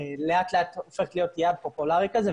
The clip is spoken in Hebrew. לאט-לאט הופכת להיות יעד פופולרי כזה,